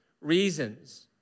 reasons